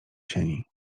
sieni